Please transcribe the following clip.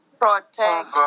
Protect